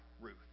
Ruth